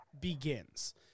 begins